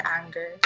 anger